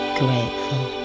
grateful